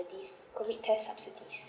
COVID test subsidies